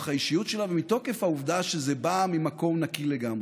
האישיות שלה ומתוקף העובדה שזה בא ממקום נקי לגמרי.